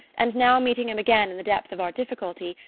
and now, meeting him again in the depth of our difficulty,